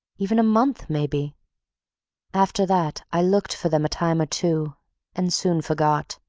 even a month, maybe. after that i looked for them a time or two and soon forgot.